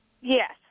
Yes